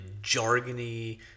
jargony